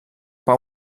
pau